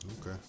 Okay